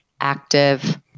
active